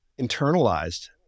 internalized